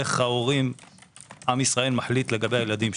איך עם ישראל מחליט לגביו ילדיו.